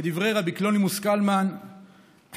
כדברי רבי קלונימוס קלמן מפיאסצנה,